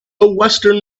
western